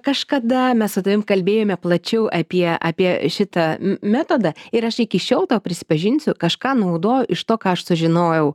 kažkada mes su tavim kalbėjome plačiau apie apie šitą metodą ir aš iki šiol tau prisipažinsiu kažką naudoju iš to ką aš sužinojau